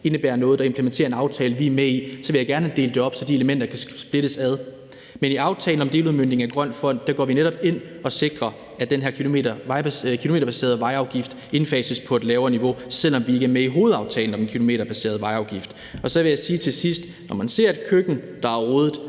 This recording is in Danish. indebærer noget, der implementerer en aftale, vi er med i, så vil jeg gerne have delt det op, så de elementer kan splittes ad. Men i aftalen om deludmøntning af Grøn Fond går vi netop ind og sikrer, at den her kilometerbaserede vejafgift indfases på et lavere niveau, selv om vi ikke er med i hovedaftalen om en kilometerbaseret vejafgift. Så vil jeg sige til sidst, at når man ser et køkken, der er rodet,